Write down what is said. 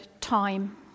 time